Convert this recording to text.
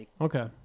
Okay